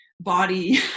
body